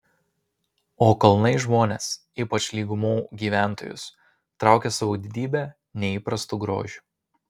o kalnai žmones ypač lygumų gyventojus traukia savo didybe neįprastu grožiu